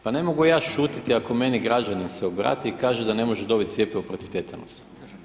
Pa ne mogu ja šutjeti ako meni građanin se obrati i kaže da ne može dobiti cjepivo protiv tetanusa.